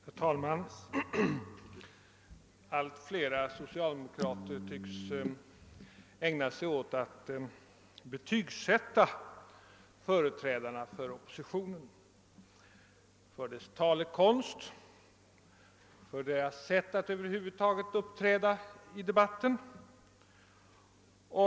Herr talman! Allt flera socialdemokrater tycks ägna sig åt att betygsätta företrädarna för oppositionen — för lager och så att säga ligga med dem i deras talekonst, för deras sätt att över huvud taget uppträda i debatten.